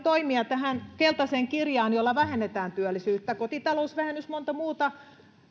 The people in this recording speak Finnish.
tähän keltaiseen kirjaan toimia joilla vähennetään työllisyyttä ja kotitalousvähennystä ja monta muuta